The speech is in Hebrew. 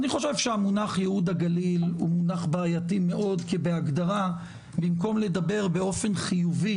המילים יישוב קהילתי, אני יש לי חלק בצירוף מילים